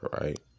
right